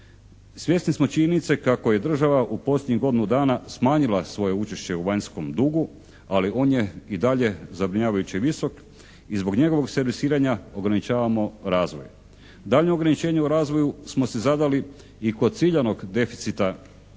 Svjesni smo činjenice kako je država u posljednjih godinu dana smanjila svoje učešće u vanjskom dugu, ali on je i dalje zabrinjavajuće visok i zbog njegovog servisiranja ograničavamo razvoj. Daljnje ograničenje u razvoju smo si zadali i kod ciljanog deficita